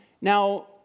Now